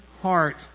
heart